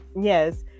Yes